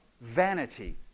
Vanity